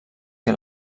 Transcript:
que